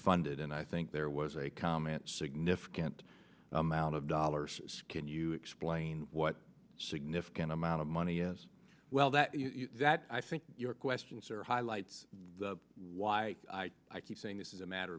funded and i think there was a comment significant amount of dollars can you explain what significant amount of money as well that i think your question sir highlights why i keep saying this is a matter